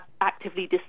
actively